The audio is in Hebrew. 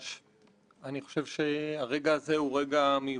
וכל דיבור של הכנסת שאיננו חקיקה אין לו משמעות ואין לו חשיבות.